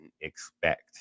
expect